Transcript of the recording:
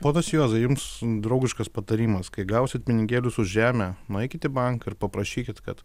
ponas juozai jums draugiškas patarimas kai gausit pinigėlius už žemę nueikit į banką ir paprašykit kad